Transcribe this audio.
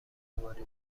سواری